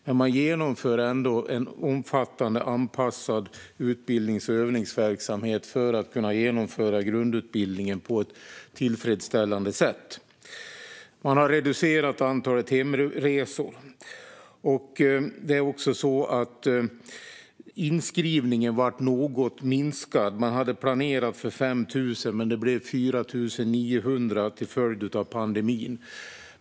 Men man genomför ändå en omfattande och anpassad utbildnings och övningsverksamhet för att kunna genomföra grundutbildningen på ett tillfredsställande sätt. Man har också reducerat antalet hemresor. Inskrivningen blev något minskad. Man hade planerat för 5 000, men det blev 4 900 till följd av pandemin.